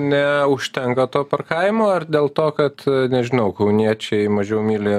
ne užtenka to parkavimo ar dėl to kad nežinau kauniečiai mažiau myli